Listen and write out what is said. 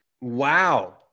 Wow